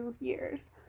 years